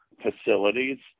facilities